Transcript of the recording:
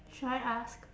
should I ask